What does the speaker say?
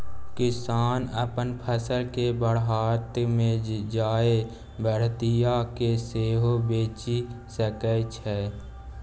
किसान अपन फसल केँ आढ़त मे जाए आढ़तिया केँ सेहो बेचि सकै छै